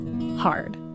hard